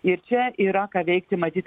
ir čia yra ką veikti matyt